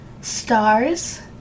stars